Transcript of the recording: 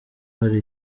hari